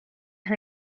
her